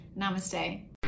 Namaste